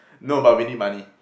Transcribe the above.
no but we need money